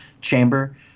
chamber